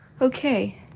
Okay